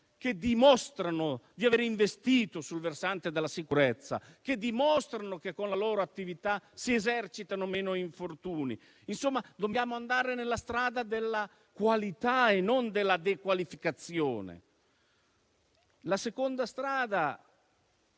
che dimostrano di aver investito sul versante della sicurezza e che con la loro attività si esercitano meno infortuni? Dobbiamo andare nella strada della qualità e non della dequalificazione. La seconda strada,